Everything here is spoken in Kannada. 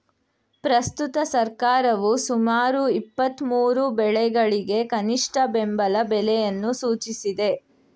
ಪ್ರಸ್ತುತ ಸರ್ಕಾರವು ಸುಮಾರು ಇಪ್ಪತ್ಮೂರು ಬೆಳೆಗಳಿಗೆ ಕನಿಷ್ಠ ಬೆಂಬಲ ಬೆಲೆಯನ್ನು ಸೂಚಿಸಿದೆ